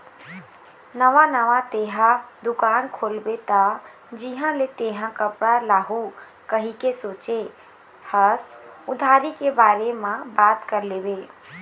नवा नवा तेंहा दुकान खोलबे त जिहाँ ले तेंहा कपड़ा लाहू कहिके सोचें हस उधारी के बारे म बात कर लेबे